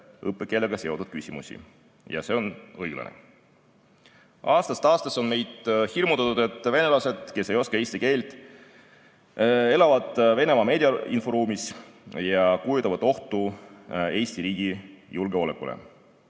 õppekeelega seotud küsimusi. Ja see on õiglane. Aastast aastasse on meid hirmutatud, et venelased, kes ei oska eesti keelt, elavad Venemaa meedia‑ ja inforuumis ja kujutavad endast ohtu Eesti riigi julgeolekule.